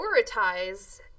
prioritize